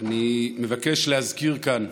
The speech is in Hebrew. אני מבקש להזכיר כאן,